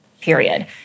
period